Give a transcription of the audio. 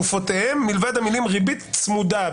חלופותיהן, מלבד המילים "ריבית צמודה".